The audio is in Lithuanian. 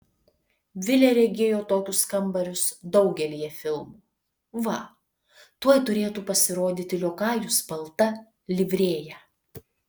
vilė regėjo tokius kambarius daugelyje filmų va tuoj turėtų pasirodyti liokajus balta livrėja